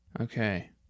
Okay